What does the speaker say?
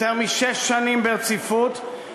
יותר משש שנים ברציפות,